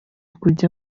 kujya